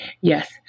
Yes